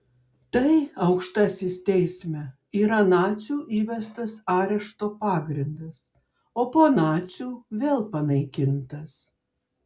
tai aukštasis teisme yra nacių įvestas arešto pagrindas o po nacių vėl panaikintas